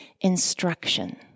instruction